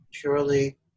purely